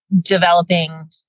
developing